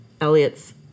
Elliot's